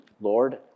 Lord